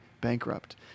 bankrupt